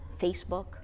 Facebook